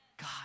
God